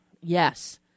Yes